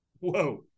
Whoa